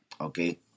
Okay